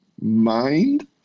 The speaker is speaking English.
mind